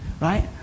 Right